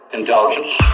indulgence